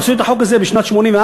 עשו את החוק הזה בשנת 1984,